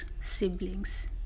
siblings